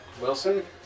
Wilson